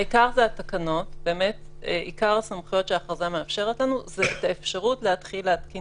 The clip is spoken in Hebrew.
עיקר הסמכויות שההכרזה מאפשרת לנו היא האפשרות להתחיל להתקין